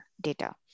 data